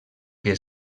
que